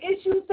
issues